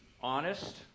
honest